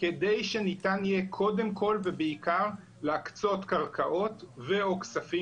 כדי שניתן יהיה קודם כל ובעיקר להקצות קרקעות ו/או כספים,